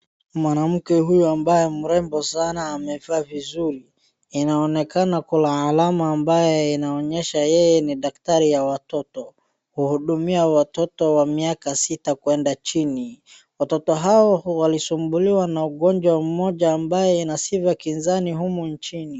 Mwanamke huyu ambaye mrembo sana amevaa vizuri, inaonekana kuna alama ambayo inaonyesha yeye ni daktari wa watoto, uhudumia watoto wa miaka sita kwenda chini, watoto hao walisumbuliwa na ugonjwa ambao una sifa kinzani humu nchini.